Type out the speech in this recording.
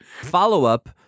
Follow-up